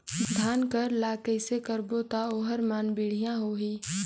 धान कर ला कइसे लगाबो ता ओहार मान बेडिया होही?